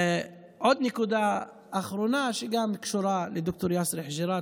עוד נקודה אחרונה שגם קשורה לד"ר יאסר חוג'יראת.